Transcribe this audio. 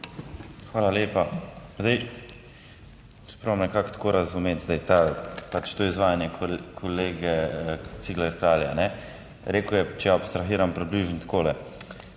Hvala lepa. Zdaj, se pravi, nekako tako razumeti zdaj pač to izvajanje kolega Ciglerja Kralja. Rekel je, če abstrahiram približno takole,